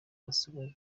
basabwe